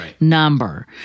number